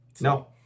No